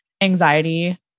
anxiety